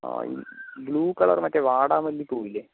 ആ blue colour മറ്റെ വാടാമല്ലി പൂവ് ഇല്ലേ